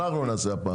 אנחנו נכנס הפעם.